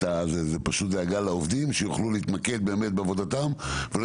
הוא נובע פשוט מדאגה לעובדים שיוכלו להתמקד בעבודתם ולא